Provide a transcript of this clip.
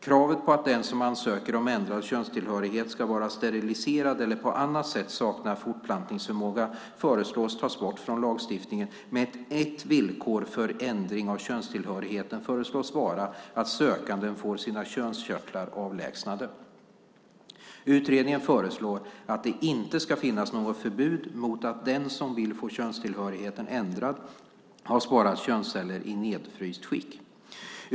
Kravet på att den som ansöker om ändrad könstillhörighet ska vara steriliserad eller på annat sätt sakna fortplantningsförmåga föreslås tas bort från lagstiftningen, men ett villkor för ändring av könstillhörigheten föreslås vara att sökanden får sina könskörtlar avlägsnade. Utredningen föreslår att det inte ska finnas något förbud mot att den som vill få könstillhörigheten ändrad har sparat könsceller i nedfryst skick.